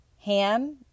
Ham